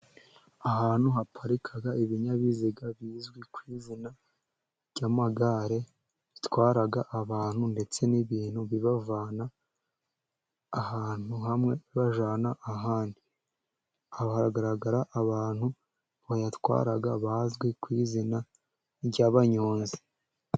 Ahantu haparika ibinyabiziga, bizwi ku izina ry'amagare, bitwara abantu ndetse n'ibintu bibavana ahantu hamwe bajyana ahandi, hagaragara abantu bayatwara bazwi ku izina ry'abanyonzi.